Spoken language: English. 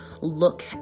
look